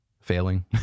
failing